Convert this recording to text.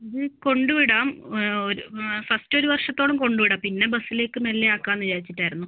ഇത് കൊണ്ടുവിടാം ഒരു ഫസ്റ്റ് ഒരു വർഷത്തോളം കൊണ്ടുവിടാം പിന്നെ ബസ്സിലേക്ക് മെല്ലെ ആക്കാമെന്ന് വിചാരിച്ചിട്ടായിരുന്നു